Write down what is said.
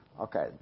Okay